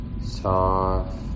soft